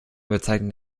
bezeichnet